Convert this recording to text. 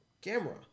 Camera